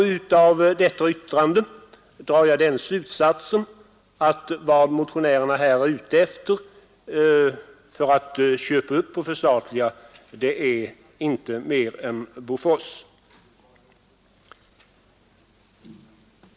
Av detta yttrande drar jag den slutsatsen att motionärerna enbart är ute efter att förstatliga Bofors.